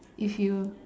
if you